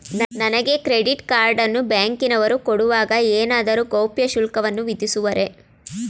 ನನಗೆ credit card ಅನ್ನು ಬ್ಯಾಂಕಿನವರು ಕೊಡುವಾಗ ಏನಾದರೂ ಗೌಪ್ಯ ಶುಲ್ಕವನ್ನು ವಿಧಿಸುವರೇ?